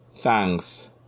thanks